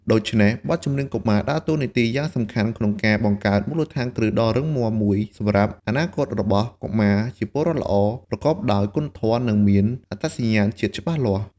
ដូច្នេះហើយ បទចម្រៀងកុមារដើរតួនាទីយ៉ាងសំខាន់ក្នុងការបង្កើតមូលដ្ឋានគ្រឹះដ៏រឹងមាំមួយសម្រាប់អនាគតរបស់កុមារជាពលរដ្ឋល្អ ប្រកបដោយគុណធម៌ និងមានអត្តសញ្ញាណជាតិច្បាស់លាស់។